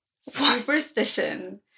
superstition